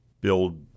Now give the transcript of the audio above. build